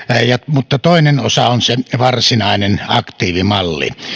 mutta toinen osa on se varsinainen aktiivimalli